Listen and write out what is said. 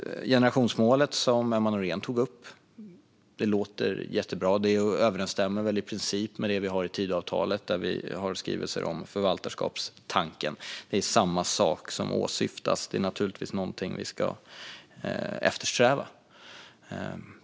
Generationsmålet som Emma Nohrén tog upp låter jättebra och överensstämmer nog i princip med Tidöavtalets skrivningar om förvaltarskapstanken. Det är samma sak som åsyftas. Det är naturligtvis någonting vi ska eftersträva.